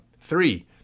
three